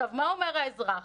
מה אומר האזרח?